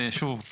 שוב,